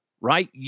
Right